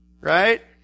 right